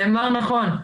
נאמר נכון,